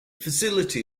facility